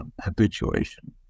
habituation